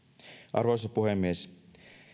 arvoisa puhemies